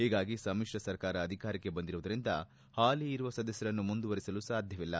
ಹೀಗಾಗಿ ಸಮ್ಮಿತ್ರ ಸರ್ಕಾರ ಅಧಿಕಾರಕ್ಕೆ ಬಂದಿರುವುದರಿಂದ ಹಾಲಿ ಇರುವ ಸದಸ್ಯರನ್ನು ಮುಂದುವರೆಸಲು ಸಾಧ್ಯವಿಲ್ಲ